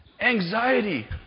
anxiety